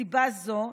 מסיבה זו,